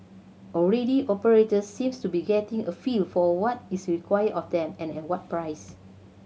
already operator seems to be getting a feel for what is required of them and what price